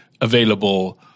available